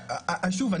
שוב,